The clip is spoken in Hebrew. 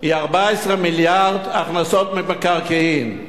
הוא 14 מיליארד שקל הכנסות ממקרקעין,